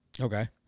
Okay